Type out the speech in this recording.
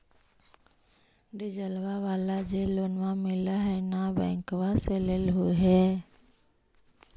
डिजलवा वाला जे लोनवा मिल है नै बैंकवा से लेलहो हे?